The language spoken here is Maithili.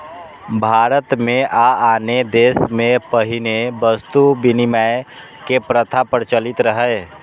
भारत मे आ आनो देश मे पहिने वस्तु विनिमय के प्रथा प्रचलित रहै